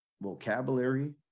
vocabulary